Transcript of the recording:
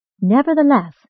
Nevertheless